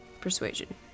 persuasion